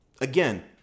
Again